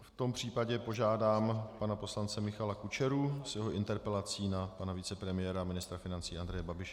V tom případě požádám pana poslance Michala Kučeru s jeho interpelací na pana vicepremiéra a ministra financí Andreje Babiše.